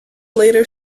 later